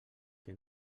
que